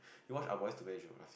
you watch Ah-Boys-to-Men you should